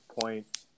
point